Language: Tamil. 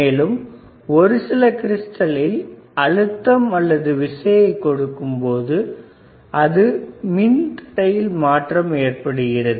மேலும் ஒரு சில க்ரிஸ்டலில் அழுத்தம் அல்லது விசையை கொடுக்கும்பொழுது அதன் மின் தடையில் மாற்றம் ஏற்படுகிறது